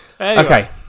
Okay